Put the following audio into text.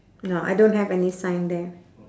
no I don't have any sign there